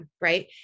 Right